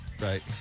Right